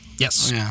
Yes